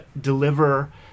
deliver